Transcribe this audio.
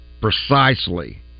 precisely